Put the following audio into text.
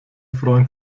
freuen